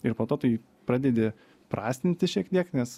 ir po to tai pradedi prastinti šiek tiek nes